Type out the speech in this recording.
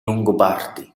longobardi